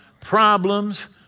problems